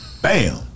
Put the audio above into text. bam